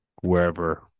wherever